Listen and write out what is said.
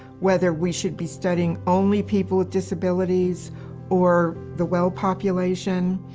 whether we should be studying only people with disabilities or the well population,